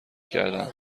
کردند